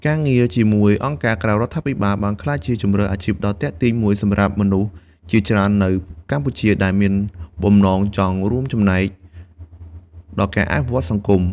ការងារជាមួយ អង្គការក្រៅរដ្ឋាភិបាល បានក្លាយជាជម្រើសអាជីពដ៏ទាក់ទាញមួយសម្រាប់មនុស្សជាច្រើននៅកម្ពុជា ដែលមានបំណងចង់រួមចំណែកដល់ការអភិវឌ្ឍសង្គម។